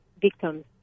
victims